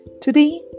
Today